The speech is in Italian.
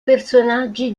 personaggi